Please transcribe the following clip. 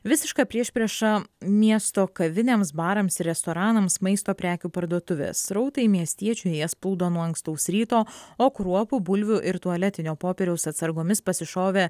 visiška priešprieša miesto kavinėms barams ir restoranams maisto prekių parduotuvės srautai miestiečių į jas plūdo nuo ankstaus ryto o kruopų bulvių ir tualetinio popieriaus atsargomis pasišovė